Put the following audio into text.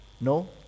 no